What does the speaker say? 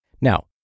Now